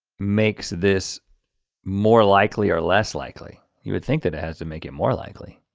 makes this more likely or less likely. you would think that it has to make it more likely.